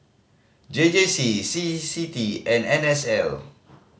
J J C C C T and N S L